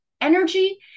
energy